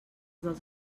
dels